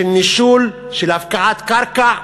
של נישול, של הפקעת קרקע,